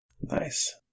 Nice